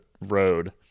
road